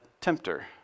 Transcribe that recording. tempter